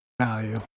value